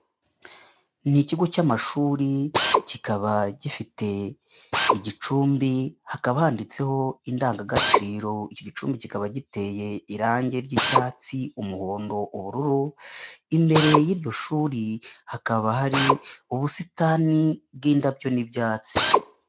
Ni ikigo cy'amashuri kikaba gifite igicumbi hakaba handitseho indangagaciro, iki gicumbi kikaba giteye irange ry'icyatsi, umuhondo, ubururu, imbere y'iryo shuri hakaba hari ubusitani bw'indabyo n'ibyatsi.